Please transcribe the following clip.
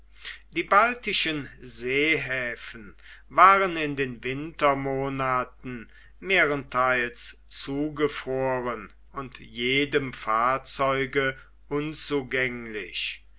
die baltischen seehäfen waren in den wintermonaten mehrentheils zugefroren und jedem fahrzeug unzugänglich